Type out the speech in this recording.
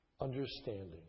Understanding